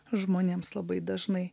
žmonėms labai dažnai